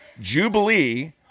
Jubilee